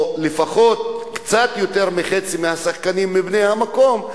או לפחות קצת יותר מחצי מהשחקנים יהיו מבני המקום,